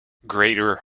greater